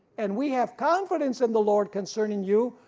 and we have confidence in the lord concerning you,